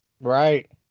Right